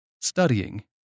studying